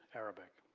arabic.